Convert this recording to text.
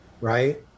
right